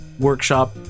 workshop